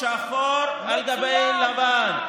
שחור על גבי לבן.